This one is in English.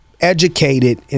educated